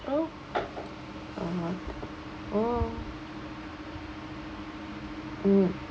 !oops! (uh huh) oo mm